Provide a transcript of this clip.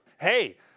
Hey